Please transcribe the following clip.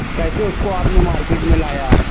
کیسے اس کو آپ نے مارکیٹ میں لایا